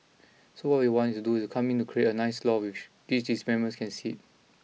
so what we want to do is come in to create a nice lawn which these developments can sit